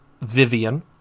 Vivian